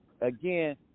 again